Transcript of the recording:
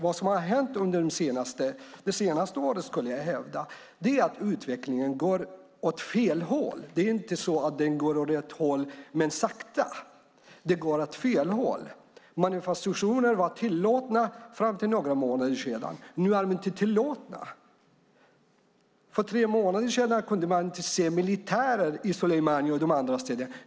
Jag skulle vilja hävda att utvecklingen har gått åt fel håll under det senaste året. Det är inte så att den sakta går åt rätt håll. Den går åt fel håll. Manifestationer var tillåtna fram till för några månader sedan. Nu är de inte tillåtna. För tre månader sedan kunde man inte se militärer i Sulaymaniyah och de andra städerna.